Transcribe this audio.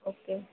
okay